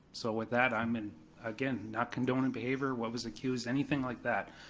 so with that, i'm, and again, not condoning behavior, what was accused, anything like that.